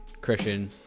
Christian